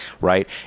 right